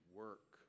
work